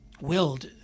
willed